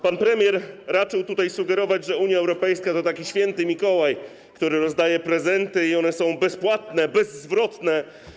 Pan premier raczył tutaj sugerować, że Unia Europejska to taki Święty Mikołaj, który rozdaje prezenty, i one są bezpłatne, bezzwrotne.